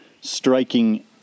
striking